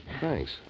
Thanks